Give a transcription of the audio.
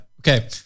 Okay